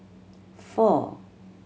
four